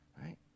right